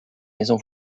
maison